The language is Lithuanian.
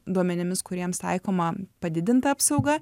duomenimis kuriems taikoma padidinta apsauga